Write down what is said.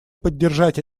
поддержать